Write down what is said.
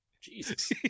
Jesus